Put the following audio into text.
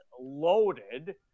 loaded